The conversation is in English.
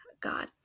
God